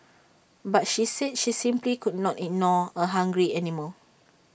but she said she simply could not ignore A hungry animal